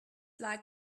like